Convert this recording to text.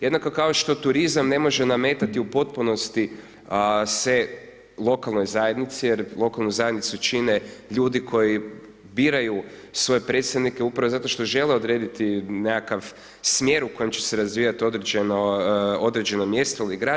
Jednako kao što turizam ne može nametati u potpunosti se lokalnoj zajednici, jer lokalnu zajednicu čine ljudi koji biraju svoje predstavnike upravo zato što žele odrediti nekakav smjer u kojem će se razvijati određeno mjesto ili grad.